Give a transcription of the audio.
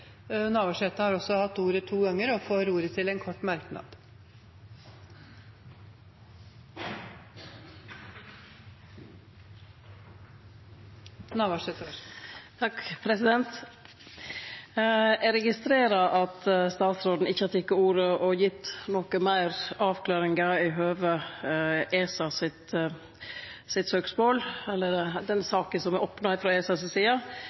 hatt ordet to ganger tidligere og får ordet til en kort merknad, begrenset til 1 minutt. Eg registrerer at statsråden ikkje har teke ordet og kome med noka meir avklaring i høve ESA sitt søksmål eller den saka som er opna frå ESA si side.